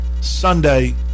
Sunday